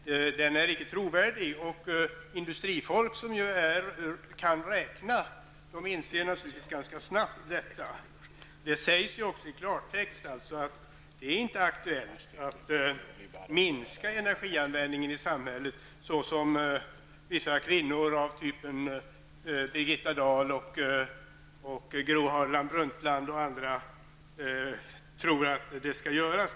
Den är icke trovärdig. Industrifolk, som ju kan räkna, inser naturligtvis detta ganska snabbt. Det sägs ju också i klartext att det inte är aktuellt att minska energianvändningen i samhället på det sätt som vissa kvinnor, t.ex. Birgitta Dahl, Gro Harlem Brundtland och andra tror.